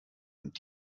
und